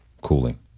cooling